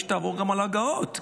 מן הראוי שתעבור עליו בהגהות,